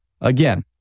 again